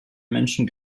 menschen